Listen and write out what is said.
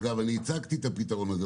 אני גם הצגתי את הפתרון הזה,